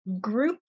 group